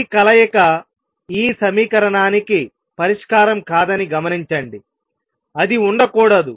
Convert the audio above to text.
ఈ కలయిక ఈ సమీకరణానికి పరిష్కారం కాదని గమనించండి అది ఉండకూడదు